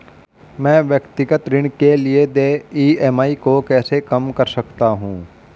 मैं व्यक्तिगत ऋण के लिए देय ई.एम.आई को कैसे कम कर सकता हूँ?